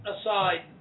aside